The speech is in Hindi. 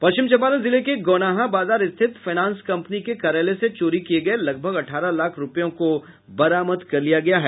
पश्चिम चंपारण जिले के गौनाहा बाजार स्थित फायनांस कंपनी के कार्यालय से चोरी किये गये लगभग अठारह लाख रूपयों को बरामद कर लिया गया है